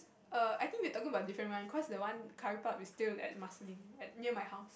err I think we are talking about different one cause that one curry puff is still at Marsiling at near my house